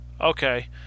Okay